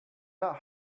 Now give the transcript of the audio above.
not